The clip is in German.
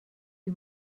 wie